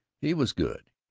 he was good.